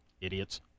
Idiots